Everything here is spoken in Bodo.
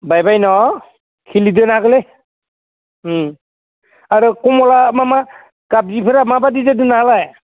बायबाय न' खिलि दोनाखैलै आरो कमला माबा खारजिफ्रा माबायदि जादों नोंनालाय